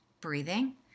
breathing